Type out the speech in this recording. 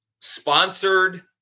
sponsored